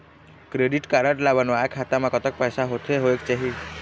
Credit card ला बनवाए खाता मा कतक पैसा होथे होएक चाही?